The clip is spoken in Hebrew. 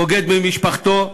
בוגד במשפחתו,